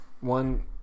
one